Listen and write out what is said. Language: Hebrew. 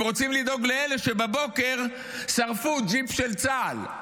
הם רוצים לדאוג לאלה שבבוקר שרפו ג'יפ של צה"ל.